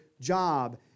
job